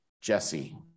Jesse